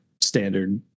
standard